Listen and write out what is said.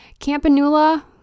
Campanula